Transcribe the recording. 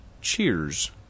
Cheers